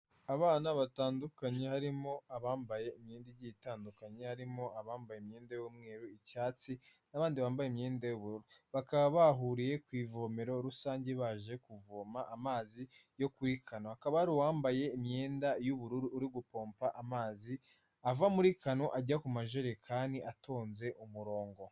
Abana batandukanye harimo abambaye imyenda igiye itandukanye harimo abambaye imyenda y'umweru, icyatsi n'abandi bambaye imyenda y'ubururu, bakaba bahuriye ku ivomero rusange baje kuvoma amazi yo kuri kano, hakaba hari uwambaye imyenda y'ubururu uri gupompa amazi ava muri kano ajya ku majerekani atonze umurongo.